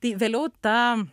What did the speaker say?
tai vėliau ta